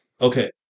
Okay